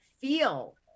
feel